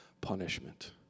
punishment